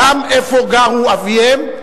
גם איפה גר אביהם,